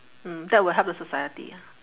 mm that will help the society